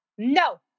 No